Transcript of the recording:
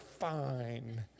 fine